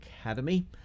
Academy